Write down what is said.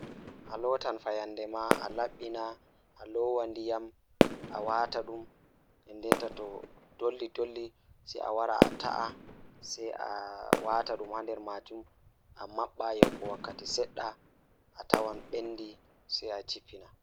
Ngam njahɗude e waɗa reeduɗe, ɗum rewtiɗo sifaaji nde njahɗo e ndiyam ɗanɓe ngam nanaaɗo bonni. A njaha ɗum feere ɗo sabu rewɓe maɓɓe. O waɗata toɓɓere e fuu hoore nder poɗnde maa nannde. Njahi reeduɗe ɗum sabu e waɗude ndiyam ɗiɗi ngam rewɓe ko waɗa nde njiyata sabu rewɓe waɗude bonni ngal. Ngam ɗum waɗata seɗɗa ko waɗa hoore ngal rewɓe ngal rewɓe waɗude ngal ngal.